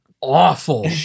awful